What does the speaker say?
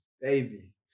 baby